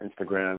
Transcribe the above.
Instagram